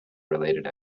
related